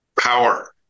power